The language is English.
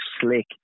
slick